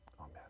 Amen